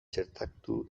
txertatu